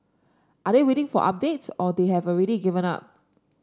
are they waiting for updates or they have already given up